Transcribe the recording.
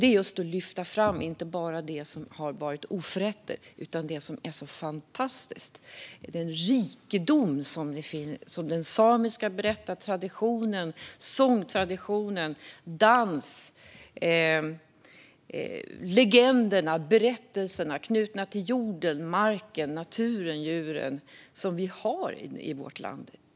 Det handlar om att lyfta fram inte bara oförrätterna utan även den fantastiska rikedomen i samisk sång och dans och i legenderna och berättelserna knutna till marken, naturen och djuren.